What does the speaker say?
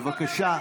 בבקשה.